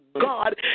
God